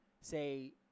say